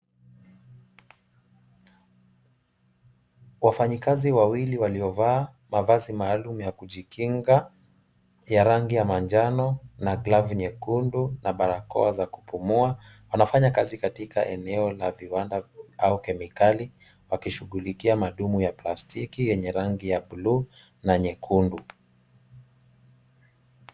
Wafanyikazi wawili waliovaa mavazi maalum ya kujikinga ya rangi ya manjano na glavu nyekundu na barakoa za kupumua wanafanya kazi katika eneo la viwanda au kemikali wakishughulikia madumu ya plastiki yenye rangi ya bluu na nyekundu.